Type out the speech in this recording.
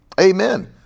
Amen